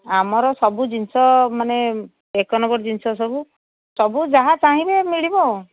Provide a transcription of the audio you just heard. ଆମର ସବୁ ଜିନିଷ ମାନେ ଏକ ନମ୍ବର ଜିନିଷ ସବୁ ସବୁ ଯାହା ଚାହିଁବେ ମିଳିବ